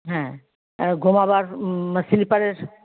হ্যাঁ ঘুমাবার স্লিপারের